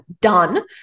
done